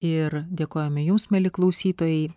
ir dėkojame jums mieli klausytojai